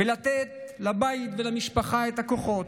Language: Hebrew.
ולתת לבית ולמשפחה את הכוחות,